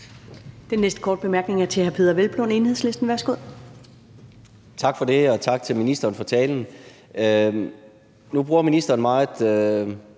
Den næste korte bemærkning er til hr. Peder Hvelplund, Enhedslisten. Værsgo. Kl. 13:20 Peder Hvelplund (EL): Tak for det, og tak til ministeren for talen. Nu bruger ministeren meget